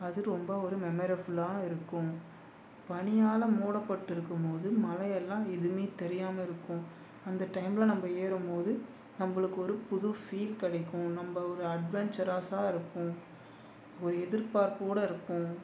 அது ரொம்ப ஒரு மெமரஃபுலாக இருக்கும் பனியால் மூடப்பட்டிருக்கும் போது மலையெல்லாம் எதுவுமே தெரியாமல் இருக்கும் அந்த டைமில் நம்ம ஏறும்போது நம்மளுக்கு ஒரு புது ஃபீல் கிடைக்கும் நம்ம ஒரு அட்வெஞ்சராஸாக இருப்போம் ஒரு எதிர்ப்பார்ப்போடயே இருப்போம்